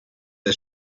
des